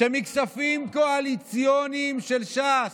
שמכספים קואליציוניים של ש"ס,